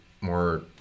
more